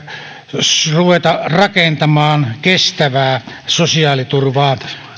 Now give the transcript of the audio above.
ruveta rakentamaan kestävää sosiaaliturvaa